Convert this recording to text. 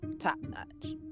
top-notch